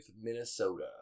Minnesota